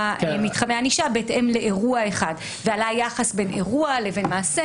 מתחמי ענישה בהתאם לאירוע אחד ועל היחס בין אירוע לבין מעשה.